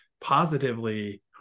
positively